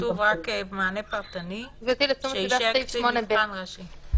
כתוב רק "מענה פרטני שאישר קצין מבחן ראשי".